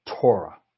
Torah